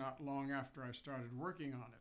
not long after i started working on it